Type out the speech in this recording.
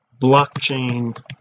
blockchain